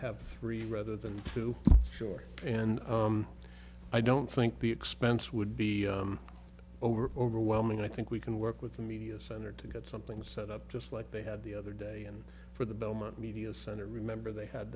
have three rather than two short and i don't think the expense would be over overwhelming i think we can work with the media center to get something set up just like they had the other day and for the belmont media center remember they had